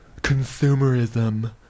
consumerism